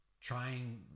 trying